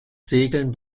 segeln